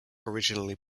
originally